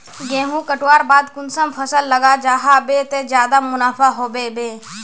गेंहू कटवार बाद कुंसम फसल लगा जाहा बे ते ज्यादा मुनाफा होबे बे?